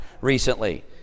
recently